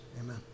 Amen